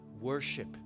worship